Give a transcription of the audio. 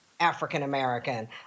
african-american